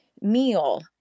meal